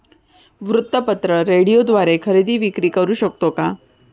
वृत्तपत्र, रेडिओद्वारे खरेदी विक्री करु शकतो का?